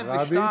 לרב רביץ,